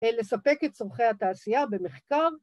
‫לספק את צורכי התעשייה במחקר.